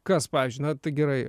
kas pavyzdžiui na tai gerai